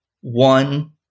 One